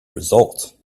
results